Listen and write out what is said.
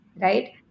right